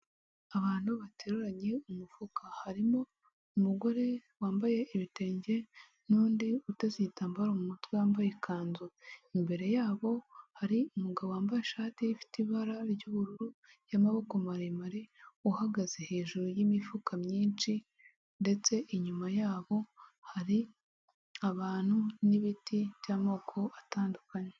Abantu bateruranye umufuka harimo umugore wambaye ibitenge n'undi uteze igitambaro mu mutwe wambaye ikanzu imbere yabo hari umugabo wambaye ishati ifite ibara ry'ubururu y'amaboko maremare uhagaze hejuru y'imifuka myinshi ndetse inyuma yabo hari abantu n'ibiti by'amoko atandukanye.